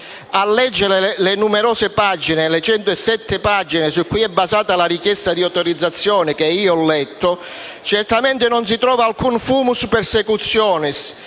legge. A leggere le 107 pagine su cui è basata la richiesta di autorizzazione, che io ho letto, certamente non si trova alcun *fumus persecutionis*